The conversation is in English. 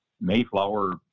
Mayflower